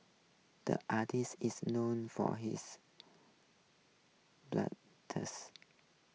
the artist is known for his